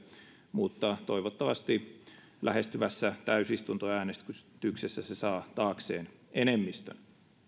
mutta toivottavasti lähestyvässä täysistuntoäänestyksessä se saa taakseen enemmistön